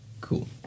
Cool